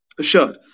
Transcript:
Sure